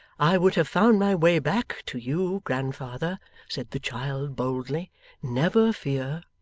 i would have found my way back to you, grandfather said the child boldly never fear